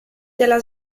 della